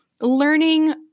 learning